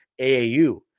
AAU